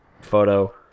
photo